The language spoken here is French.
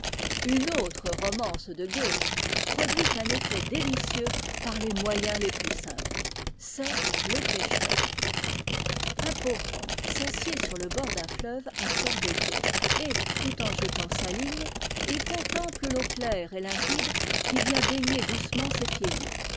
une autre romance de goethe produit un effet délicieux par les moyens les plus simples c'est le pécheur un pauvre homme s'assied sur le bord d'un fleuve un soir d'été et tout en jetant sa ligne il contemple l'eau claire et limpide qui vient baigner doucement ses pieds nus